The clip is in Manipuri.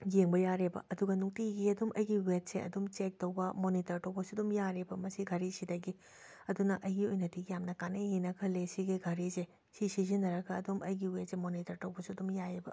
ꯌꯦꯡꯕ ꯌꯥꯔꯦꯕ ꯑꯗꯨꯒ ꯅꯨꯡꯇꯤꯒꯤ ꯑꯗꯨꯝ ꯑꯩꯒꯤ ꯋꯦꯠꯁꯦ ꯑꯗꯨꯝ ꯆꯦꯛ ꯇꯧꯕ ꯃꯣꯅꯤꯇꯔ ꯇꯧꯕꯁꯨꯗꯨꯝ ꯌꯥꯔꯦꯕ ꯃꯁꯤ ꯘꯔꯤꯁꯤꯗꯒꯤ ꯑꯗꯨꯅ ꯑꯩꯒꯤ ꯑꯣꯏꯅꯗꯤ ꯌꯥꯝꯅ ꯀꯥꯟꯅꯩꯅ ꯈꯜꯂꯤ ꯁꯒꯤ ꯘꯔꯤꯖꯦ ꯁꯤ ꯁꯤꯖꯤꯟꯅꯔꯒ ꯑꯗꯨꯝ ꯑꯩꯒꯤ ꯋꯦꯠꯁꯦ ꯃꯣꯅꯤꯇꯔ ꯇꯧꯕꯁꯨ ꯑꯗꯨꯝ ꯌꯥꯏꯌꯦꯕ